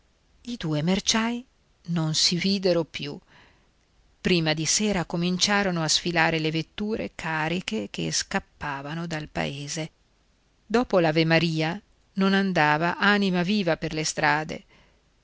i due merciai non si videro più prima di sera cominciarono a sfilare le vetture cariche che scappavano dal paese dopo l'avemaria non andava anima viva per le strade